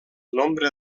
nombre